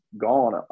gone